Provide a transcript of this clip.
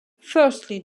firstly